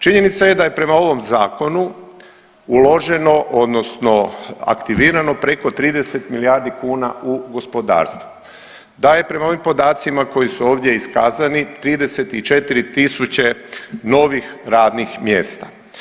Činjenica je da je prema ovom Zakonu uloženo, odnosno aktivirano preko 30 milijardi kuna u gospodarstvo, da je prema ovim podacima koji su ovdje iskazani, 34 tisuće novih radnih mjesta.